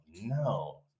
no